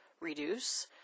reduce